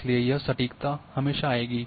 इसलिए यह सटीकता हमेशा आएगी